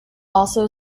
also